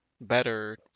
better